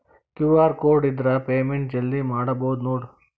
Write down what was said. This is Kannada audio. ಕ್ಯೂ.ಆರ್ ಕೋಡ್ ಇದ್ರ ಪೇಮೆಂಟ್ ಜಲ್ದಿ ಮಾಡಬಹುದು ನೋಡ್